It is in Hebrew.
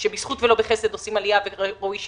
שבזכות ולא בחסד עושים עלייה וראוי שישתלבו.